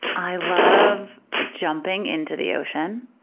i love jumping into the ocean.